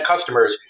customers